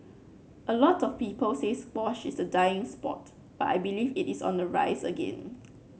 a lot of people say squash is a dying sport but I believe it is on the rise again